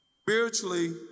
spiritually